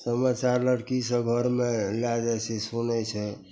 समाचार लड़कीसभ घरमे लै जाइ छै सुनै छै